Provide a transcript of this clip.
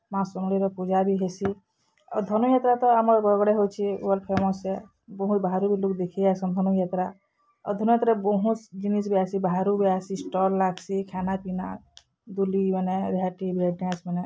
ମା ସମଲେଇର ପୂଜା ବି ହେସି ଆଉ ଧନୁଯାତ୍ରା ତ ଆମର୍ ବରଗଡ଼େ ହଉଛେ ୱାର୍ଲ୍ଡ ଫେମସ୍ ଆଏ ବହୁତ୍ ବାହାରୁ ବି ଲୁକ୍ ଦେଖି ଆଏସନ୍ ଧନୁଯାତ୍ରା ଆଉ ଧନୁଯାତ୍ରା ବହୁତ୍ ଜିନିଷ୍ ବି ଆଏସି ବାହାରୁ ବି ଆଏସି ଷ୍ଟଲ୍ ଲାଗ୍ସି ଖାନା ପିନା ଦୁଲିମାନେ ରେହାତି ବ୍ରେକ୍ ଡ୍ୟାନ୍ସମାନେ